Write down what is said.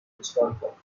historical